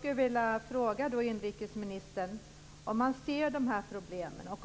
Ser inrikesministern dessa problem, och